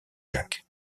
jacques